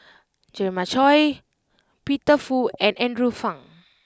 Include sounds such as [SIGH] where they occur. [NOISE] Jeremiah Choy Peter Fu and Andrew Phang